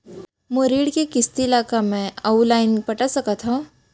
मोर ऋण के किसती ला का मैं अऊ लाइन पटा सकत हव?